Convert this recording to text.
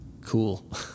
cool